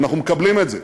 ואנחנו מקבלים את זה,